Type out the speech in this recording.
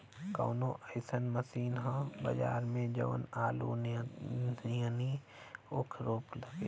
कवनो अइसन मशीन ह बजार में जवन आलू नियनही ऊख रोप सके?